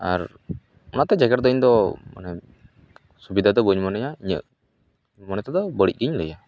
ᱟᱨ ᱚᱱᱟ ᱛᱮ ᱡᱮᱠᱮᱴ ᱫᱚ ᱤᱧ ᱫᱚ ᱥᱩᱵᱤᱫᱟ ᱫᱚ ᱵᱟᱹᱧ ᱢᱚᱱᱮᱭᱟ ᱤᱧᱟᱹᱜ ᱢᱚᱱᱮ ᱛᱮᱫᱚ ᱵᱟᱹᱲᱤᱡ ᱜᱮᱧ ᱞᱟᱹᱭᱟ